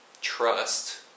trust